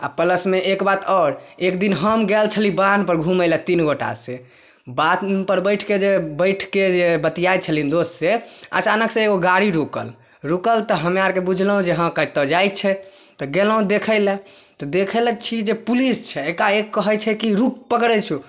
आ पलसमे एक बात आओर एक दिन हम गेल छली बान्ध पर घुमै लय तीन गोटा से बान्ध पर बैठके जे बैठके जे बतियाइ छलियै दोस्त से अचानक से एगो गाड़ी रुकल रुकल तऽ हमे आरके बुझलहुॅं जे कतऽ जाइ छै तऽ गेलहुॅं देखै लए तऽ देखै लऽ छी जे पुलिस छै एकाएक कहै छै कि रुक पकड़ै छियौ